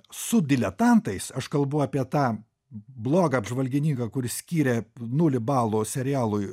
su diletantais aš kalbu apie tą blogą apžvalgininką kuris skyrė nulį balų serialui